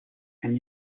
and